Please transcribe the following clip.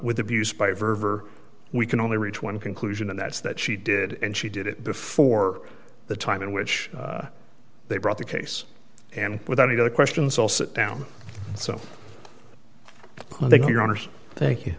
with abuse by verver we can only reach one conclusion and that is that she did and she did it before the time in which they brought the case and without a doubt the questions all sit down so i think your honour's thank you